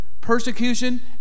persecution